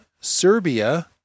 Serbia